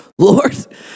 Lord